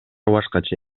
башкача